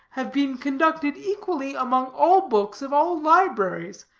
have been conducted equally among all books of all libraries,